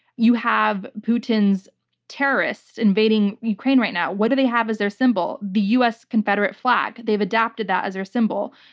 you have putin's terrorists invading ukraine right now. what do they have as their symbol? the us confederate flag. they've adapted that as their symbol.